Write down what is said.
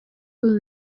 will